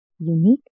Unique